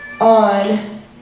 on